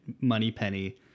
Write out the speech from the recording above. Moneypenny